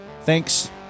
Thanks